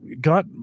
got